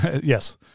Yes